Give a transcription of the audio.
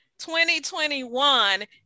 2021